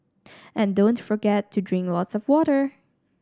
and don't forget to drink lots of water